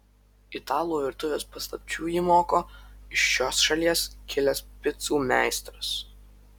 italų virtuvės paslapčių jį moko iš šios šalies kilęs picų meistras